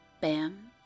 bam